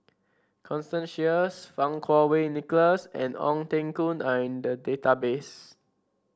Constance Sheares Fang Kuo Wei Nicholas and Ong Teng Koon are in the database